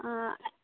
आं